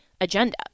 agenda